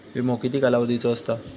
विमो किती कालावधीचो असता?